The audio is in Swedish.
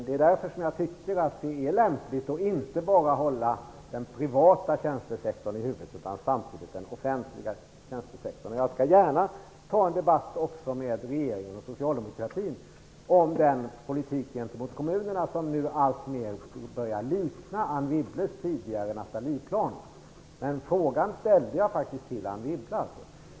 Det är därför som jag tycker att det är lämpligt att inte bara hålla den privata tjänstesektorn i huvudet, utan man borde samtidigt hålla den offentliga tjänstesektorn i huvudet. Jag skall gärna ta en debatt också med regeringen och socialdemokratin om den politik mot kommunerna som nu alltmer börjar att likna Anne Wibbles tidigare Nathalieplan. Men jag ställde alltså frågan till Anne Wibble.